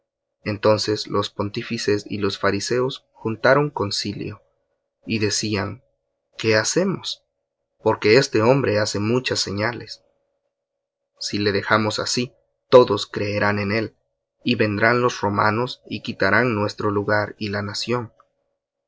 entonces los pontífices y los fariseos juntaron concilio y decían qué hacemos porque este hombre hace muchas señales si le dejamos así todos creerán en él y vendrán los romanos y quitarán nuestro lugar y la nación